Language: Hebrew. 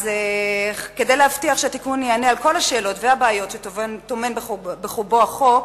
אז כדי להבטיח שהתיקון יענה על כל השאלות והבעיות שטומן בחובו החוק,